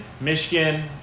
Michigan